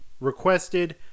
requested